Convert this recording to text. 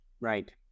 Right